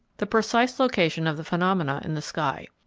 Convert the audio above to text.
the precise location of the phenomena in the sky.